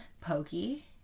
pokey